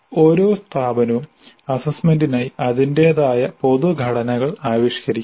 ഓരോ സ്ഥാപനവും അസ്സസ്സ്മെന്റിനായി അതിന്റേതായ പൊതു ഘടനകൾ ആവിഷ്കരിക്കണം